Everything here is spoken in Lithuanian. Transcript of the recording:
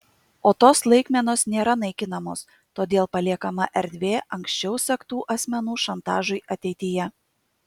o tos laikmenos nėra naikinamos todėl paliekama erdvė anksčiau sektų asmenų šantažui ateityje